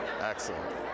Excellent